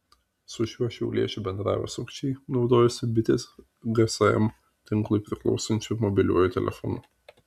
su šiuo šiauliečiu bendravę sukčiai naudojosi bitės gsm tinklui priklausančiu mobiliuoju telefonu